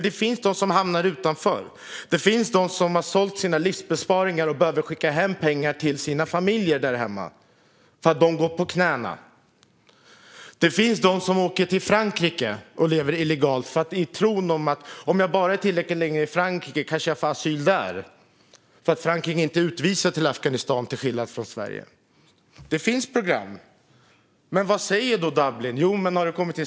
Det finns de som hamnar utanför. Det finns de som har sålt sina livsbesparingar och behöver skicka pengar till sina familjer därhemma för att de går på knäna. Det finns de som åker till Frankrike och lever illegalt. De har tron: Om jag bara är tillräckligt länge i Frankrike kanske jag får asyl där, eftersom Frankrike inte utvisar människor till Afghanistan till skillnad från Sverige. Det finns program. Men vad säger Dublinförordningen?